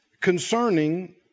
Concerning